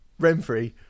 Renfrey